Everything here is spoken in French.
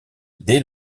dès